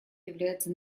является